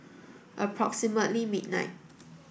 approximately midnight